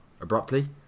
Abruptly